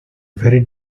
very